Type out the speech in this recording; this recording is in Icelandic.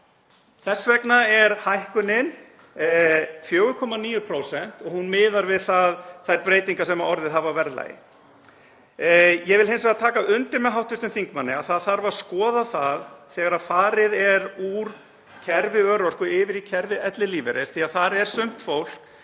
Þess vegna er hækkunin 4,9% og hún miðar við þær breytingar sem orðið hafa á verðlagi. Ég vil hins vegar taka undir með hv. þingmanni að það þarf að skoða það þegar farið er úr kerfi örorku yfir í kerfi ellilífeyris því þar er sumt fólk